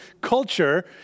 culture